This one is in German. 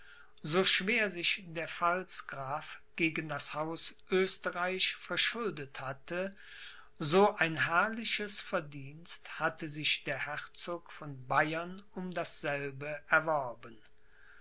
so schwer sich der pfalzgraf gegen das haus oesterreich verschuldet hatte so ein herrliches verdienst hatte sich der herzog von bayern um dasselbe erworben